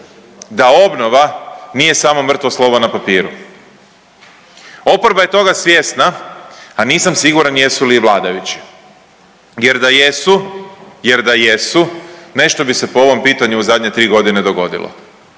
da obnova nije samo mrtvo slovo na papiru. Oporba je toga svjesna, a nisam siguran jesu li i vladajući jer da jesu, jer da jesu nešto bi se po ovom pitanju u zadnje tri godine dogodilo,